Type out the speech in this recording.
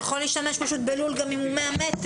אתה יכול להשתמש בלול גם אם הוא 100 מטרים.